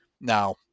Now